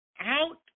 out